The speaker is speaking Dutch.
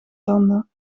tanden